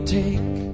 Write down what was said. take